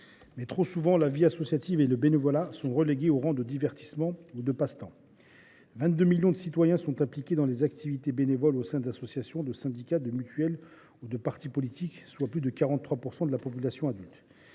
souvent pourtant, la vie associative et le bénévolat sont relégués au rang de divertissement ou de passe temps. Vingt deux millions de citoyens sont impliqués dans les activités bénévoles au sein d’associations, de syndicats, de mutuelles ou de partis politiques, soit plus de 43 % de la population adulte,